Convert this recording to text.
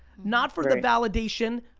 not for the validation.